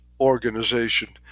organization